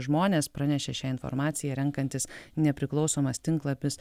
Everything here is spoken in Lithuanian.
žmonės pranešė šią informaciją renkantis nepriklausomas tinklapis